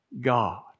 God